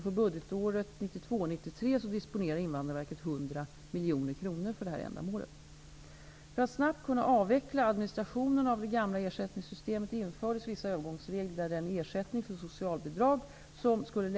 För budgetåret 1992/93 disponerar Invandrarverket 100 miljoner kronor för detta ändamål.